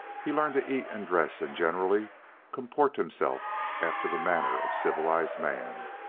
he learned to eat and dress and generally comport himself after the manner of civilized man